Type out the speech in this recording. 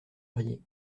riez